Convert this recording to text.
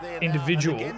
individual